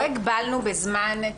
לא הגבלנו בזמן.